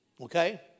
okay